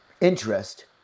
interest